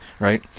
Right